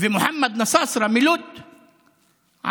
ומוחמד נסאסרה מלוד ערבי,